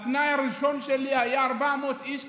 התנאי הראשון שלי היה ש-400 איש,